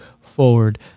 forward